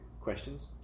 questions